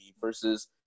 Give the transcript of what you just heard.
versus